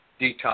detox